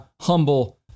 humble